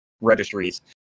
Registries